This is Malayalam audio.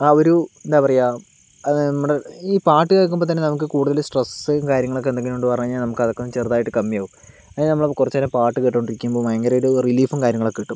ആ ഒരു എന്താണ് പറയുക നമ്മുടെ ഈ പാട്ട് കേൾക്കുമ്പോൾ തന്നെ നമുക്ക് കൂടുതൽ സ്ട്രസ്സും കാര്യങ്ങളുമൊക്കെ എന്തെങ്കിലും ഉണ്ടെന്ന് പറഞ്ഞ് കഴിഞ്ഞാൽ നമുക്ക് അതൊക്കെ ഒന്ന് ചെറുതായിട്ട് കമ്മിയാവും അതിന് നമ്മൾ കുറച്ചു നേരം പാട്ട് കേട്ടുകൊണ്ടിരിക്കുമ്പോൾ ഭയങ്കര ഒരു റിലീഫും കാര്യങ്ങളുമൊക്കെ കിട്ടും